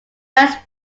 west